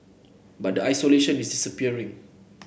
but the isolation is disappearing